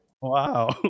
Wow